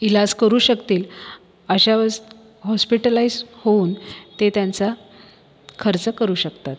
इलाज करू शकतील अशा हॉस्पिटलाइज होऊन ते त्यांचा खर्च करू शकतात